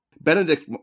Benedict